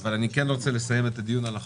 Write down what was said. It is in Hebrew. אבל אני כן רוצה לסיים את הדיון על החוק,